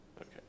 okay